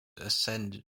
ascend